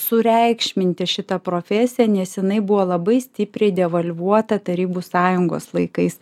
sureikšminti šitą profesiją nes jinai buvo labai stipriai devalvuota tarybų sąjungos laikais